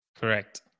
Correct